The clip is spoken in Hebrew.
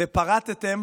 ופרטתם